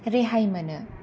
रेहाय मोनो